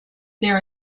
there